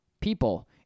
people